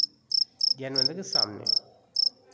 ज्ञान मंदिर के सामने